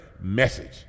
message